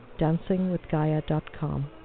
dancingwithgaia.com